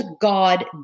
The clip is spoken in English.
God